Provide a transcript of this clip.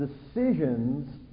decisions